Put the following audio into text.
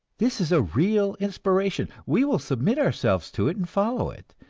this is a real inspiration, we will submit ourselves to it and follow it,